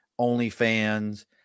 OnlyFans